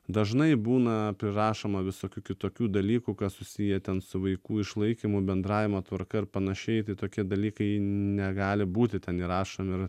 dažnai būna prirašoma visokių kitokių dalykų kas susiję ten su vaikų išlaikymu bendravimo tvarka ar panašiai tai tokie dalykai negali būti ten jie įrašomi ir